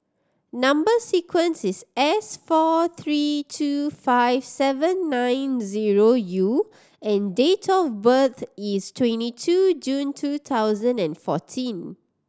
number sequence is S four three two five seven nine zero U and date of birth is twenty two June two thousand and fourteen